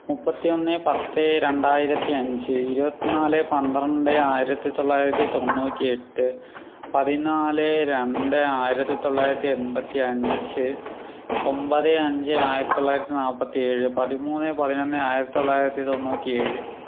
മുപ്പത്തിയൊന്ന് പത്ത് രണ്ടായിരത്തി അഞ്ച് ഇരുപത്തിനാല് പന്ത്രണ്ട് ആയിരത്തിത്തൊള്ളായിരത്തി തൊണ്ണൂറ്റിയെട്ട് പതിനാല് രണ്ട് ആയിരത്തിത്തൊള്ളായിരത്തി എൺപത്തിയഞ്ച് ഒമ്പത് അഞ്ച് ആയിരത്തിത്തൊള്ളായിരത്തി നാല്പത്തേഴ് പതിമൂന്ന് പതിനൊന്ന് ആയിരത്തിത്തൊള്ളായിരത്തി തൊണ്ണൂറ്റിയേഴ്